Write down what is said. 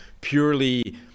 purely